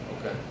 Okay